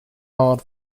hard